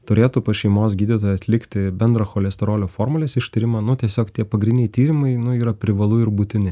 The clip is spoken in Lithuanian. turėtų pas šeimos gydytoją atlikti bendro cholesterolio formulės ištyrimą nu tiesiog tie pagrindiniai tyrimai nu yra privalu ir būtini